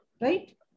right